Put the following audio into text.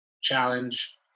challenge